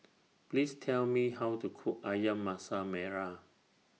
Please Tell Me How to Cook Ayam Masak Merah